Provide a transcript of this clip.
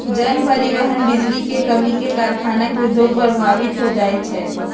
जन, परिवहन, बिजली के कम्मी से कारखाना के उद्योग प्रभावित हो जाइ छै